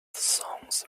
songs